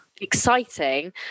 exciting